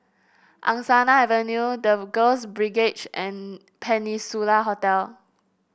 Angsana Avenue The Girls Brigade and Peninsula Hotel